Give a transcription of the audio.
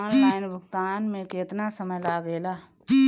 Online भुगतान में केतना समय लागेला?